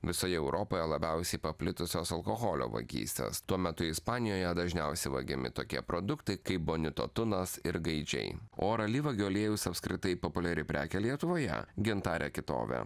visoje europoje labiausiai paplitusios alkoholio vagystės tuo metu ispanijoje dažniausiai vagiami tokie produktai kaip boniuto tunas ir gaidžiai o ar alyvuogių aliejus apskritai populiari prekė lietuvoje gintarė kitovė